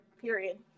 period